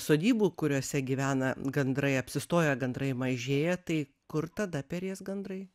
sodybų kuriose gyvena gandrai apsistoja gandrai mažėja tai kur tada perės gandrai